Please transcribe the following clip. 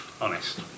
Honest